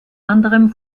anderem